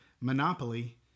monopoly